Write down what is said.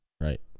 right